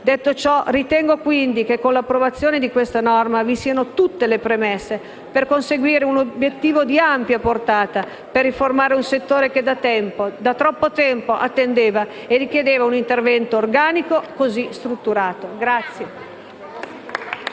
Detto ciò, ritengo quindi che con l'approvazione di questa norma, vi siano tutte le premesse per conseguire un obiettivo di ampia portata per riformare un settore che da troppo tempo attendeva e richiedeva un intervento organico, così strutturato.